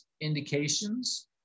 indications